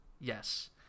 Yes